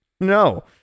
No